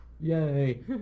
Yay